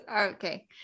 Okay